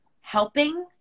helping